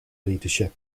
leadership